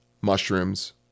mushrooms